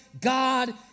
God